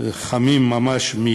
ממש חמים מבית-הדפוס,